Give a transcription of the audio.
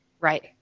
Right